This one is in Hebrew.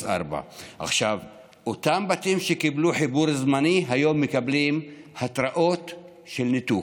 4. אותם בתים שקיבלו חיבור זמני היום מקבלים התראות של ניתוק,